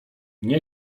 nie